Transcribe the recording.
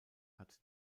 hat